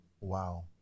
wow